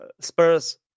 Spurs